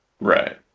Right